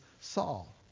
Saul